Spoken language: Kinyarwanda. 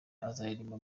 azaririmba